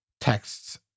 texts